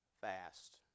fast